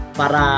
para